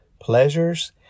pleasures